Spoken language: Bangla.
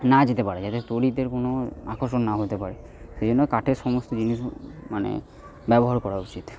না যেতে পারে যাতে তড়িতের কোনো আকর্ষণ না হতে পারে সেজন্য কাঠের সমস্ত জিনিস মানে ব্যবহার করা উচিত